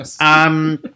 Yes